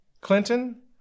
Clinton